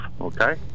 Okay